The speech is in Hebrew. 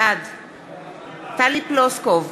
בעד טלי פלוסקוב,